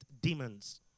demons